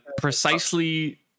precisely